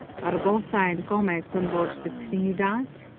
barbosa and gomez on board the trinidad,